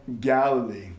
Galilee